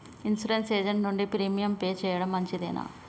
Insurance agent నుండి premium pay చేయడం మంచిదేనా?